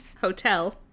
hotel